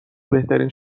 بهترین